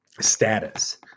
status